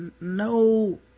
no